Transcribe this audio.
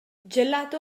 gelato